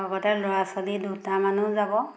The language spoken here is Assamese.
লগতে ল'ৰা ছোৱালী দুটামানো যাব